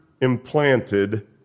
implanted